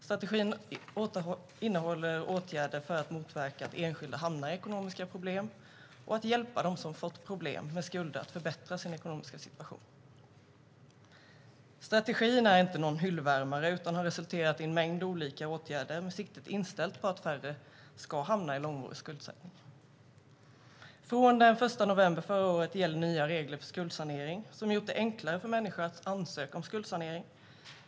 Strategin innehåller åtgärder för att motverka att enskilda hamnar i ekonomiska problem och för att hjälpa dem som har fått problem med skulder att förbättra sin ekonomiska situation. Strategin är inte någon hyllvärmare, utan den har resulterat i en mängd olika åtgärder med siktet inställt på att färre ska hamna i långvarig skuldsättning. Från den 1 november förra året gäller nya regler för skuldsanering som har gjort det enklare för människor att ansöka om skuldsanering.